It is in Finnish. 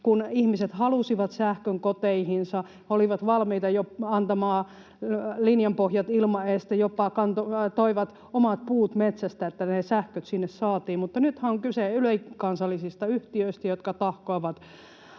kun ihmiset halusivat sähkön koteihinsa. He olivat valmiita antamaan linjan pohjat ilman edestä, jopa toivat omat puut metsästä, että ne sähköt sinne saatiin. Mutta nythän on kyse ylikansallisista yhtiöistä, jotka tahkoavat